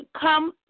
come